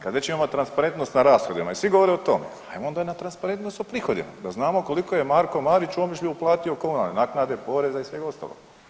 Kad već imamo transparentnost na rashodima i svi govore o tome ajmo onda i na transparentnost o prihodima, da znamo koliko je Marko Marić u Omišlju uplatio komunalne naknade, poreza i svega ostaloga.